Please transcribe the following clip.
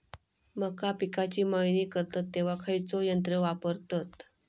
मका पिकाची मळणी करतत तेव्हा खैयचो यंत्र वापरतत?